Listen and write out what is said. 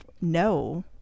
no